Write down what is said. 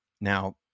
Now